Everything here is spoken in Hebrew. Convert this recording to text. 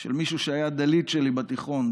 של מישהו שהיה דליד שלי בתיכון,